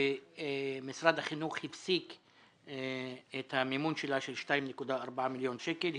שמשרד החינוך הפסיק את המימון שלה של 2.4 מיליון שקלים.